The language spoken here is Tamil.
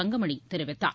தங்கமணி தெரிவித்தார்